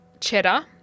Cheddar